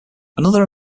another